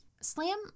Slam